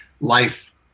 life